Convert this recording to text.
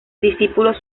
discípulos